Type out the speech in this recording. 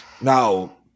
Now